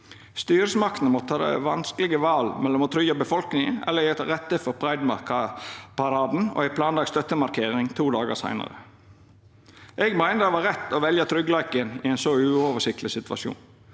Styresmaktene måtte ta vanskelege val mellom å tryggja befolkninga eller leggja til rette for prideparaden og ei planlagd støttemarkering to dagar seinare. Eg meiner det var rett å velja tryggleiken i ein så uoversiktleg situasjon,